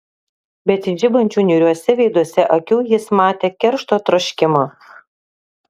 bet iš žibančių niūriuose veiduose akių jis matė keršto troškimą